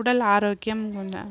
உடல் ஆரோக்கியம் என்ன